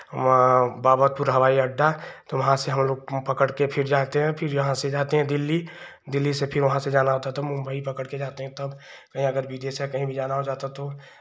वहाँ बाबरपुर हवाई अड्डा तो वहाँ से हमलोग पकड़ के फिर जाते हैं फिर यहाँ से जाते हैं दिल्ली दिल्ली से फिर वहाँ से जाना होता है तो मुम्बई पकड़ के जाते हैं तब कहीं अगर विदेशे अगर कहीं भी जाना हो जाता तो